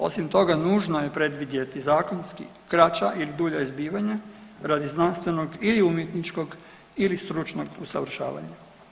Osim toga nužno je predvidjeti zakonski kraća ili dulja izbivanja radi znanstvenog ili umjetničkog ili stručnog usavršavanja.